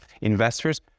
investors